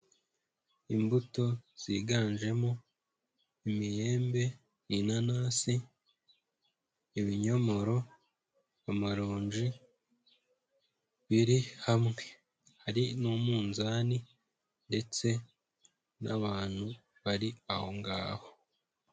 Imbuto ziganjemo, imiyembe, inanasi, ibinyomoro, amaronji, biri hamwe. Hari n'umuzani, ndetse, n'abantu bari aho ngaho.